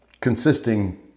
consisting